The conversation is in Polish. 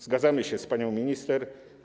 Zgadzamy się z panią minister.